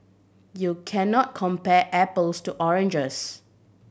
you can not compare apples to oranges